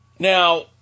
Now